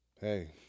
hey